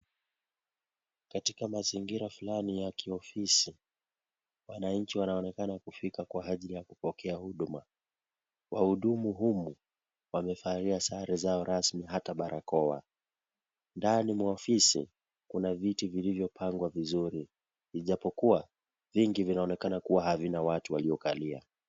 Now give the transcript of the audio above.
Katika mazingira fulani ya kiofisi, wananchi wanaonekana kufika kwa ajili ya kupokea huduma. Wahudumu humu wamevalia sare zao rasmi hadi barakoa. Ndani mwa ofisi kuna viti vilivyopangwa vizuri. Ijapokuwa, vingi vinaonekana kuwa havina watu waliokalia.